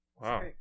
wow